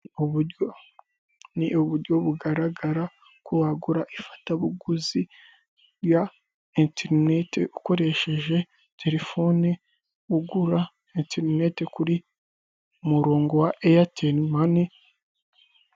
Ubu buryo ni uburyo bugaragara ko wagura ifatabuguzi rya interinete ukoresheje telefone ugura interinete ku murongo wa eyateri mani.